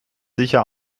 sicher